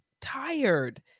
tired